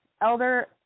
Elder